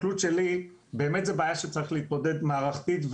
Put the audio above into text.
באמת זה בעיה שצריך להתמודד מערכתית,